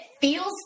feels